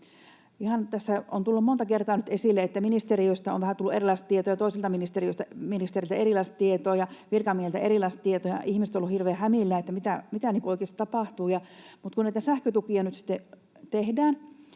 tässä on tullut monta kertaa nyt esille, että ministeriöstä on vähän tullut erilaista tietoa ja toiselta ministeriltä erilaista tietoa ja virkamiehiltä erilaista tietoa, ja ihmiset ovat olleet hirveän hämillään, että mitä niin kuin oikeasti tapahtuu. Kun näitä sähkötukia nyt